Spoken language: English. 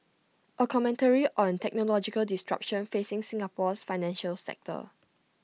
A commentary on the technological disruption facing Singapore's financial sector